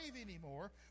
anymore